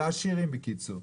לעשירים, בקיצור.